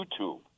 YouTube